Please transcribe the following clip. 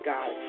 God